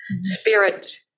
Spirit